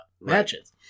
matches